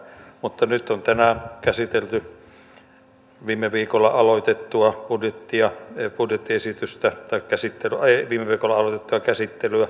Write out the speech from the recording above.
mutta nyt on tänään jatkettu viime viikolla aloitettuahudit ja ne budjettiesitystä että käsittely oli viime aloitettua budjetin käsittelyä